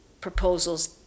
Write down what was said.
proposals